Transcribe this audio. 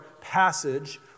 passage